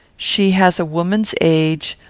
she has a woman's age,